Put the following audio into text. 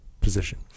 position